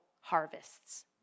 harvests